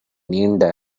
நீண்ட